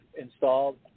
installed